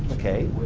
okay.